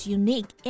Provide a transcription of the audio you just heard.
unique